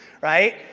right